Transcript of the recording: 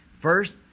First